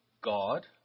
God